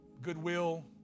goodwill